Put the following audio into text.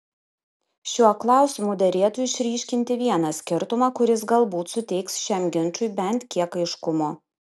šiuo klausimu derėtų išryškinti vieną skirtumą kuris galbūt suteiks šiam ginčui bent kiek aiškumo